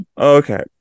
okay